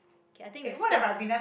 okay i think we've spent